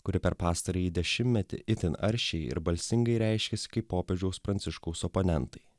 kuri per pastarąjį dešimtmetį itin aršiai ir balsingai reiškėsi kaip popiežiaus pranciškaus oponentai